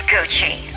Gucci